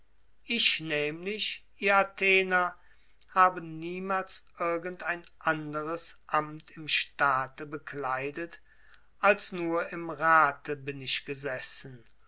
ich nämlich ihr athener habe niemals irgend ein anderes amt im staate bekleidet als nur im rate bin ich gesessen